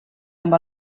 amb